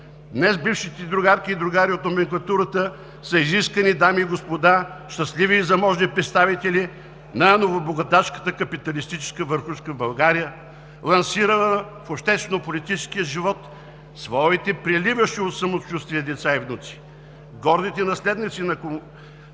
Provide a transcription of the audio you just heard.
Днес бившите другарки и другари от номенклатурата са изискани дами и господа, щастливи и заможни представители на новобогаташката капиталистическа върхушка в България, лансирала в обществено-политическия живот своите преливащи от самочувствие деца и внуци. Гордите наследници на комунистическата